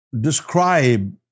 describe